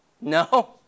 No